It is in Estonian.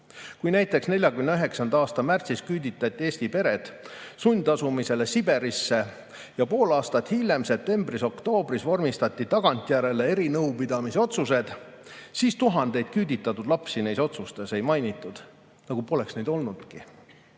Kui näiteks 1949. aasta märtsis küüditati Eesti pered sundasumisele Siberisse ja pool aastat hiljem, septembris-oktoobris vormistati tagantjärele erinõupidamise otsused, siis tuhandeid küüditatud lapsi neis otsustes ei mainitud, nagu poleks neid olnudki.